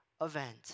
event